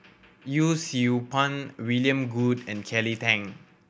Yee Siew Pun William Goode and Kelly Tang